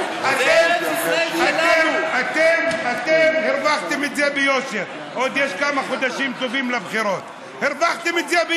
אף אחד לא יכול לגנוב את שלו.